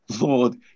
Lord